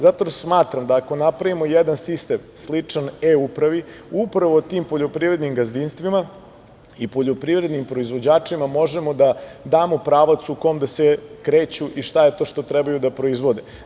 Zato smatram da ako napravimo jedan sistem sličan e-upravi upravo tim poljoprivrednim gazdinstvima i poljoprivrednim proizvođačima možemo da damo pravac u kome da se kreću i šta je to što trebaju da proizvode.